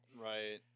Right